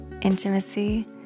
intimacy